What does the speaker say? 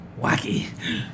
Wacky